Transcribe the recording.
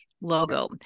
logo